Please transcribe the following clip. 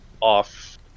off